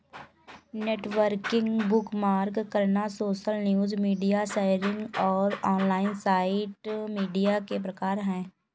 networking, bookmark करना, social news, media sharing और online site media के प्रकार हैं